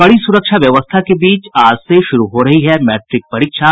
कड़ी सुरक्षा व्यवस्था के बीच आज से शुरू हो रही मैट्रिक परीक्षा